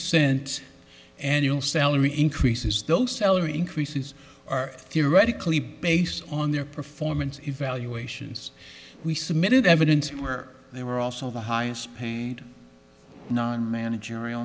cent annual salary increases those salary increases are theoretically based on their performance evaluations we submitted evidence where they were also the highest paid and non managerial